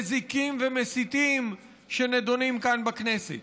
מזיקים ומסיתים שנדונים כאן בכנסת.